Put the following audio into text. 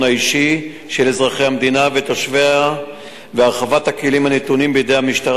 האישי של אזרחי המדינה ותושביה והרחבת הכלים הנתונים בידי המשטרה